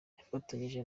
yafatanyije